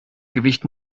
gewicht